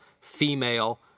female